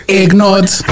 ignored